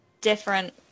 different